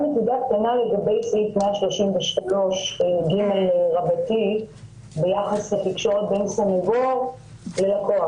רק נקודה קטנה לגבי סעיף 133ג ביחס לתקשורת בין סנגור ללקוח.